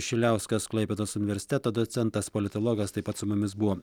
šiliauskas klaipėdos universiteto docentas politologas taip pat su mumis buvo